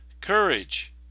Courage